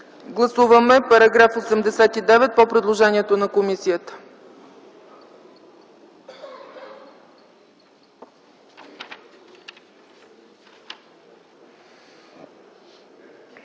Гласуваме § 88 по предложението на комисията.